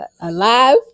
alive